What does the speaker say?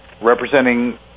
representing